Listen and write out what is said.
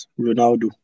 Ronaldo